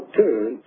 turn